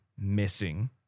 missing